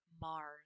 mars